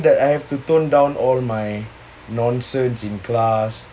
that I have to tone down all my nonsense in class